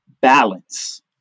balance